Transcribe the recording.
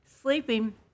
sleeping